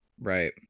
right